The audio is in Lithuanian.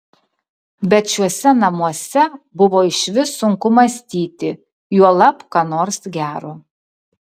bet šiuose namuose buvo išvis sunku mąstyti juolab ką nors gero